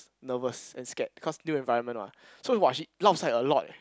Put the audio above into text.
nervous and scared because new environment what so !wah! she lao sai a lot eh